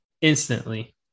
instantly